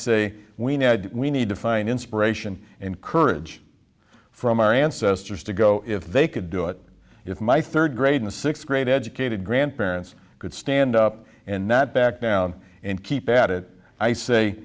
say we now had we need to find inspiration and courage from our ancestors to go if they could do it if my third grade the sixth grade educated grandparents could stand up and not back down and keep at it i say